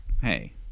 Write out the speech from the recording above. Hey